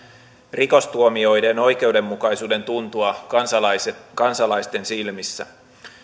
rikostuomioiden oikeudenmukaisuuden tuntua kansalaisten kansalaisten silmissä